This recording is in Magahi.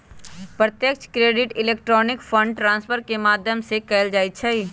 प्रत्यक्ष क्रेडिट इलेक्ट्रॉनिक फंड ट्रांसफर के माध्यम से कएल जाइ छइ